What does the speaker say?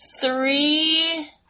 three